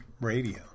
radio